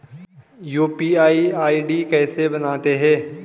UPI ID कैसे बनाते हैं?